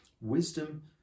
Wisdom